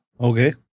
Okay